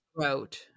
throat